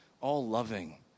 all-loving